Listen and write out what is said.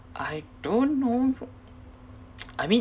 I don't know I mean